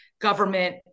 government